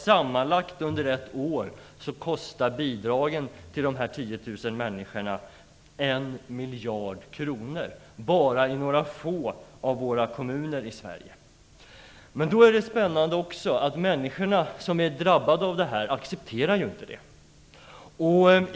Sammanlagt under ett år kostar bidragen till de här 10 000 människorna 1 miljard kronor, dvs. bara i några få av våra kommuner i Sverige. Då är det också spännande att de människor som är drabbade av detta inte accepterar det.